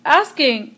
asking